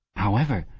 however!